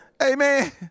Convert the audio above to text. Amen